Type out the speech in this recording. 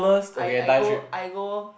I I go I go